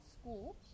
school